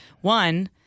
One